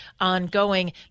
ongoing